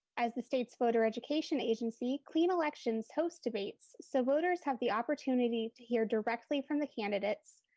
as the state's voter education agency, clean elections host debates so voters have the opportunity to hear directly from the candidates,